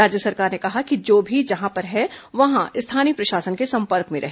राज्य सरकार ने कहा है कि जो जहां पर है वहां स्थानीय प्रशासन के संपर्क में रहे